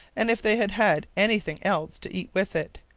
and if they had had anything else to eat with it.